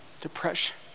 depression